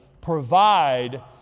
provide